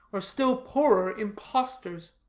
or still poorer impostors.